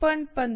15 1